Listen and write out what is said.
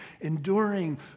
enduring